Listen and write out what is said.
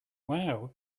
wow